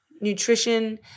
nutrition